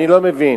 אני לא מבין,